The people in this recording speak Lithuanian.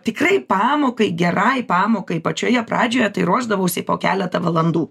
tikrai pamokai gerai pamokai pačioje pradžioje tai ruošdavausi po keletą valandų